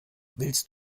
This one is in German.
willst